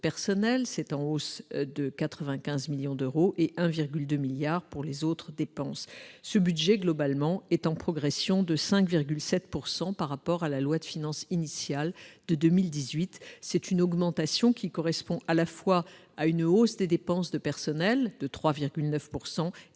en hausse de 95 millions d'euros, et 1,2 milliard d'euros pour les autres dépenses. Globalement, ce budget est en progression de 5,7 % par rapport à la loi de finances initiale pour 2018. C'est une augmentation qui correspond à la fois à une hausse des dépenses de personnel de 3,9 % et à une hausse de près de 10